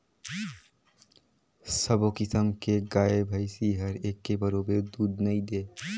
सबो किसम के गाय भइसी हर एके बरोबर दूद नइ दे